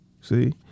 See